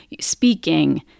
speaking